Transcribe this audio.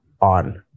on